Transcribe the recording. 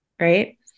right